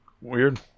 Weird